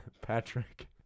Patrick